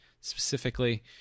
specifically